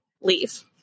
leave